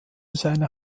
seiner